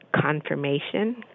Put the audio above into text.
Confirmation